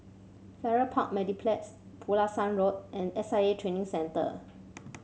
Farrer Park Mediplex Pulasan Road and S I A Training Centre